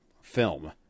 film